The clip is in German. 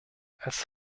als